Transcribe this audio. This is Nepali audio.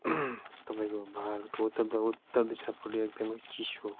तपाईँको भारतको उत्तर दिशापटि एकदमै चिसो